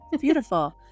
beautiful